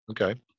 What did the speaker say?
okay